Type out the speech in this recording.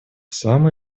самой